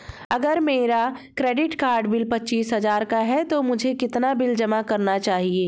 अगर मेरा credit card bill पच्चीस हजार का है तो मुझे कितना बिल जमा करना चाहिए?